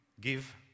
give